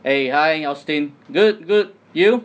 eh hi austin good good you